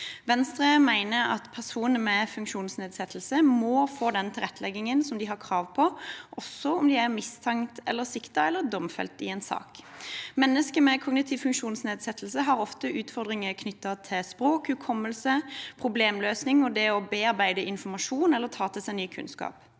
Venstre mener at personer med funksjonsnedsettelse må få den tilretteleggingen de har krav på, også om de er mistenkt, siktet eller domfelt i en sak. Mennesker med kognitiv funksjonsnedsettelse har ofte utfordringer knyttet til språk, hukommelse, problemløsning og det å bearbeide informasjon eller ta til seg ny kunnskap.